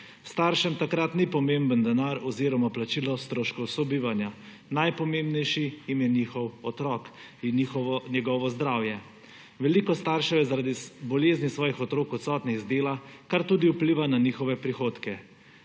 Staršem takrat ni pomemben denar oziroma plačilo stroškov sobivanja. Najpomembnejši jim je njihov otrok in njegovo zdravje. Veliko staršev je zaradi bolezni svojih otrok odsotnih z dela, kar tudi vpliva na njihove prihodke.